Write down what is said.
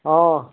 অঁ